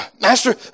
Master